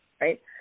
right